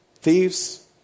thieves